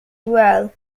well